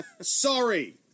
Sorry